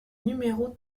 numéro